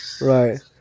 Right